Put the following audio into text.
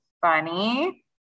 funny